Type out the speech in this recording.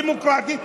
דמוקרטית,